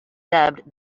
dubbed